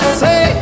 say